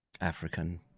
African